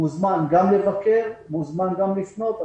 הוא מוזמן גם לבקר ומוזמן גם לפנות.